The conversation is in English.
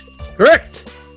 Correct